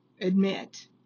admit